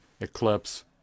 eclipse